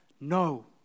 No